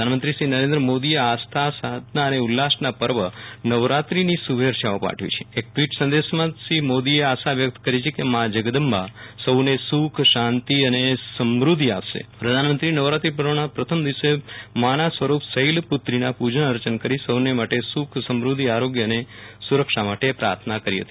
પ્રધાનમંત્રીશ્રી નરેન્દ્ર મોદી એ આસ્થા સાધનાં અને ઉલ્લાસનાં પર્વ નવરાત્રી શુ ભેચ્છાઓ પાઠવીછે એક ટ્વીટ સંદેશામાં શ્રી મોદીએ આશા વ્યકત કરીછેકે મા જગદંબા સૌને સુ ખ શાંતિ અને સમૃઘ્યિ આપશે પ્રધાનમંત્રીએ નવરાત્રી પર્વનાં પ્રથમ દિવસે માના સ્વરૂપ શૈલપુ ત્રીનાં પૂ જવ અર્ચન કરી સૌના માટે સુ ખ સમુઘ્ધિઆરોગ્ય અને સુ રક્ષા માટે પ્રાર્થના કરી હતી